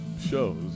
shows